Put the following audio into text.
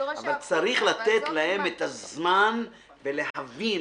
אבל צריך לתת להם את הזמן, ולהביא.